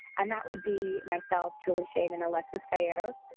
and that would be myself, julie schoen, and alexis calleros.